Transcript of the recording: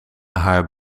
haar